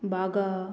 Baga